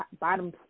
bottom